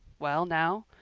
well now,